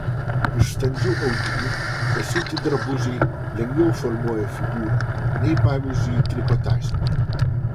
iš standžių audinių pasiūti drabužiai lengviau formuoja figūrą nei pavyzdžiui trikotažiniai